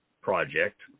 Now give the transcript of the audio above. project